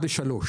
של אחד לשלוש